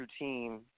routine